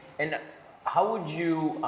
and how would you,